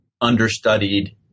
understudied